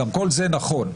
כל זה נכון.